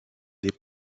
des